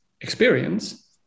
experience